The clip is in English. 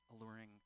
alluring